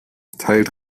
teilt